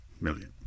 million